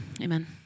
amen